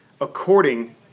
according